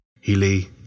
Healy